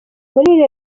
muri